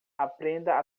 aprenda